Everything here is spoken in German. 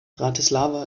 bratislava